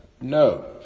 No